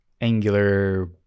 angular